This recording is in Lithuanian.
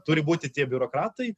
turi būti tie biurokratai